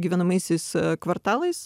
gyvenamaisiais kvartalais